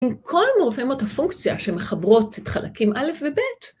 ‫עם כל מורפמות הפונקציה ‫שמחברות את חלקים א' וב'